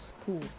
school